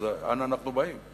אז אנה אנחנו באים?